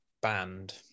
band